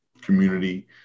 community